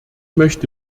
möchte